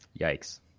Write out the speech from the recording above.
yikes